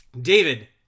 David